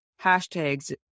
hashtags